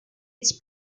its